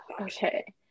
okay